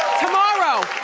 tomorrow,